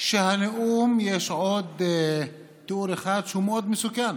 שבנאום יש עוד תיאור שהוא מאוד מסוכן.